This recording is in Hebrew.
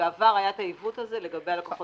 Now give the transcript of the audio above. שבעבר היה את העיוות הזה לגבי הלקוחות